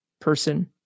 person